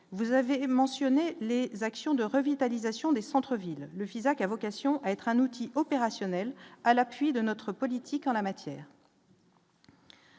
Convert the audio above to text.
vous avez mentionné les actions de revitalisation des centres-villes, le Fisac a vocation à être un outil opérationnel à l'appui de notre politique en la matière.